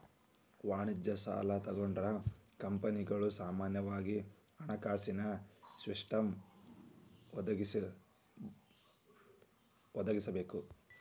ವಾಣಿಜ್ಯ ಸಾಲಾ ತಗೊಂಡ್ರ ಕಂಪನಿಗಳು ಸಾಮಾನ್ಯವಾಗಿ ಹಣಕಾಸಿನ ಸ್ಟೇಟ್ಮೆನ್ಟ್ ಒದಗಿಸಬೇಕ